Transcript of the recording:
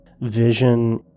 vision